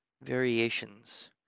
variations